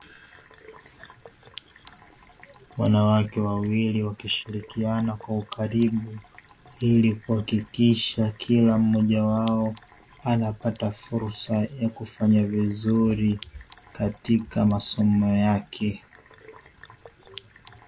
Wanawake wakishirikiana kwa ukaribu ili kuhakikisha kila mmoja wao anapata fursa ya kufanya vizuri katika masomo yake.